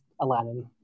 Aladdin